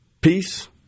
peace